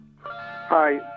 Hi